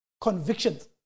convictions